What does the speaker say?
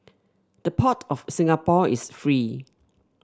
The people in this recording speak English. the port of Singapore is free